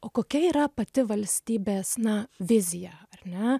o kokia yra pati valstybės na vizija ar ne